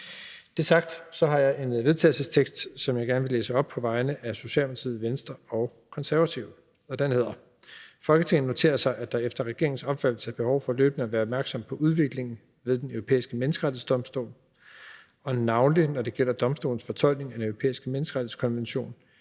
er sagt, har jeg en vedtagelsestekst, som jeg gerne vil læse op på vegne af Socialdemokratiet, Venstre og De Konservative. Og den lyder: Forslag til vedtagelse »Folketinget noterer sig, at der efter regeringens opfattelse er behov for løbende at være opmærksom på udviklingen ved Den Europæiske Menneskerettighedsdomstol, og navnlig når det gælder domstolens fortolkning af Den Europæiske Menneskerettighedskonvention